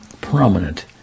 prominent